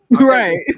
Right